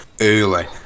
early